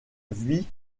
vie